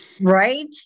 Right